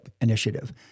Initiative